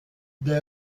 des